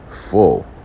Full